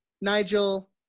Nigel